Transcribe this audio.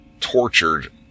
tortured